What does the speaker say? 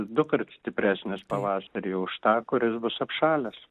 dukart stipresnis pavasarį už tą kuris bus apšalęs